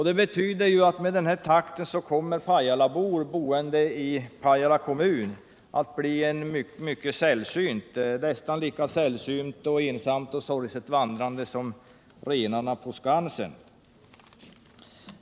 Det betyder att med den här takten kommer invånare i Pajala kommun att bli nästan lika sällsynta och ensamt och sorgset vandrande som renarna på Skansen.